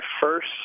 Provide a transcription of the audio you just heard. first